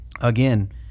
Again